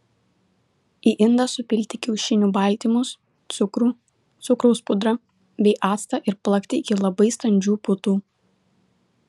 į indą supilti kiaušinių baltymus cukrų cukraus pudrą bei actą ir plakti iki labai standžių putų